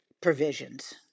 provisions